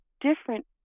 different